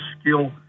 skill –